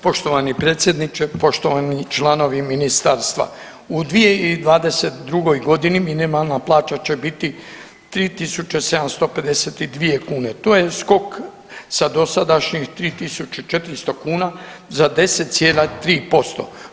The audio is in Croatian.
Poštovani predsjedniče, poštovani članovi ministarstva, u 2022. godini minimalna plaća će biti 3.752 kune to je skok sa dosadašnjih 3.400 kuna za 10,3%